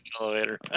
elevator